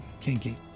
kinky